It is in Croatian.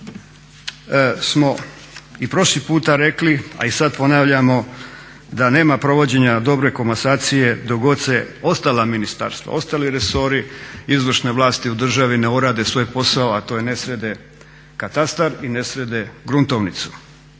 Mi smo i prošli puta rekli, a i sad ponavljamo da nema provođenja dobre komasacije dok god se ostala ministarstva, ostali resori izvršne vlasti u državi ne urade svoj posao, a to je ne srede katastar i ne srede gruntovnicu.